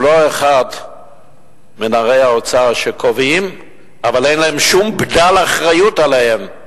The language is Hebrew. הוא לא אחד מנערי האוצר שקובעים אבל אין שום בדל אחריות עליהם.